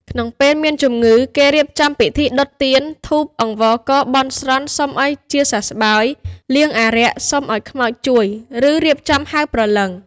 ក្នុងពេលមានជំងឺ គេរៀបចំពិធីដុតទៀនធូបអង្វរកបន់ស្រន់សុំឱ្យជាសះស្បើយ លៀងអារក្សសុំឱ្យខ្មោចជួយ ឬរៀបចំហៅព្រលឹង។